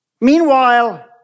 Meanwhile